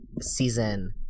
season